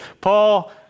Paul